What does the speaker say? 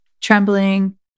trembling